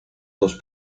dos